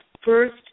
first